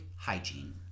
hygiene